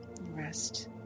Rest